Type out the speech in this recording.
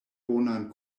bonan